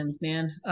man